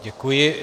Děkuji.